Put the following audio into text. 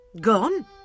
Gone